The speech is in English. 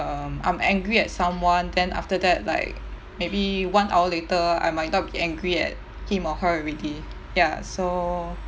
um I'm angry at someone then after that like maybe one hour later I might not be angry at him or her already ya so